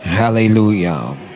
Hallelujah